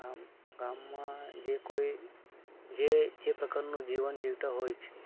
ગામ ગામમાં જે કોઈ જે જે પ્રકારનું જીવન જીવતા હોય છે